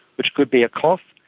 which could be a cough,